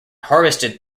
harvested